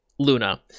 Luna